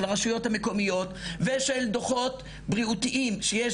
של הרשויות המקומיות ושל דוחות בריאותיים שיש